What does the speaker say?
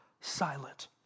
Silent